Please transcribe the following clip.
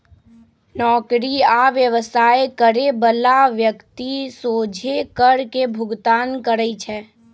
नौकरी आ व्यवसाय करे बला व्यक्ति सोझे कर के भुगतान करइ छै